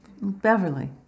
Beverly